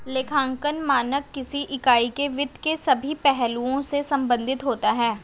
लेखांकन मानक किसी इकाई के वित्त के सभी पहलुओं से संबंधित होता है